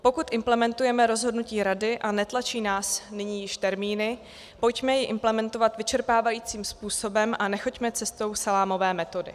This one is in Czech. Pokud implementujeme rozhodnutí Rady a netlačí nás nyní již termíny, pojďme ji implementovat vyčerpávajícím způsobem a nechoďme cestou salámové metody.